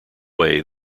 way